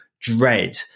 Dread